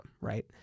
right